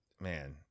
man